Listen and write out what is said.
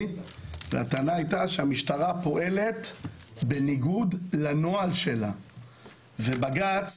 והטענה הייתה שהמשטרה פועלת בניגוד לנוהל שלה ובג"צ